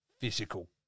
physical